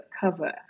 cover